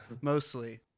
mostly